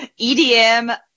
EDM